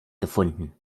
gefunden